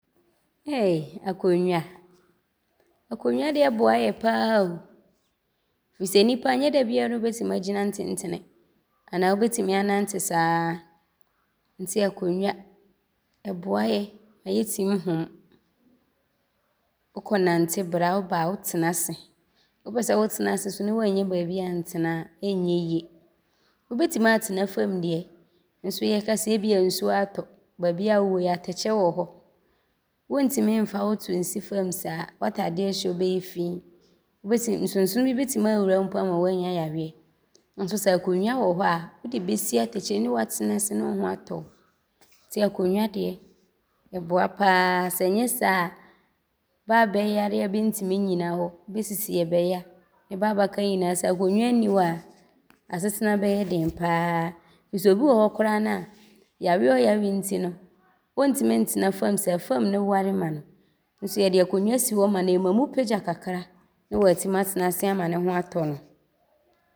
Ei akonnwa. Akonnwa deɛ boa yɛ pa ara o firi sɛ nnipa nyɛ dabiara ne wobɛtim agyina ntentene anaa wobɛtim anante saaa nti akonnwa boa yɛ ma yɛtim hom. Wokɔnante brɛ a, woba a wotena ase. Wopɛ sɛ wotena ase so ne woannya baabi antena a, ɔnyɛ yie. Wobɛtim aatena fam deɛ nso yɛrekasa yi ebia nsuo aatɔ, baabi a wowɔ yi atɛkyɛ wɔ hɔ, wɔntim mfa wo to nsi fam saaa, w’ataadeɛ hyɛ wo bɛyɛ fii. Nsonsono bi mpo bɛtim aawura wo aama woaanya yareɛ nso sɛ akonnwa wɔ hɔ a,wode bɛsi atɛkyɛ mu ne woatena ase ne wo ho atɔ wo nti akonnwa deɛ, ɔboa pa ara sɛ nyɛ saaa bɛ a bɛyare a bɛntim nnyina hɔ, bɛ sisi yɛ bɛya ne bɛ a bɛaka nyinaa sɛ akonnwa nni hɔ a, asetena bɛyɛ den pa ara firi sɛ bi wɔ hɔ koraa naa yareɛ a ɔyare nti no, ɔntim ntena fam saaa. Fam ne ware ma no nso yɛde akonnwa si hɔ ma naa ɔma mu pagya kakra ne waatim atena ase ama ne ho atɔ no.